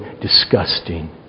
disgusting